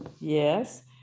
Yes